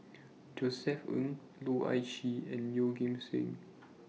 Josef Ng Loh Ah Chee and Yeoh Ghim Seng